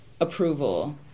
approval